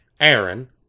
Aaron